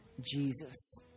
Jesus